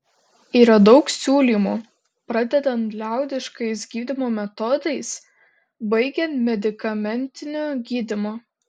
yra daug siūlymų pradedant liaudiškais gydymo metodais baigiant medikamentiniu gydymu